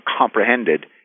comprehended